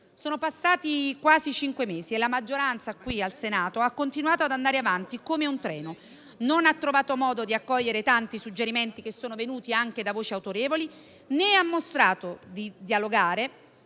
Sono passati quasi cinque mesi e la maggioranza qui al Senato ha continuato ad andare avanti come un treno. Non ha trovato modo di accogliere tanti suggerimenti venuti anche da voci autorevoli; non ha mostrato di dialogare